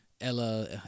Ella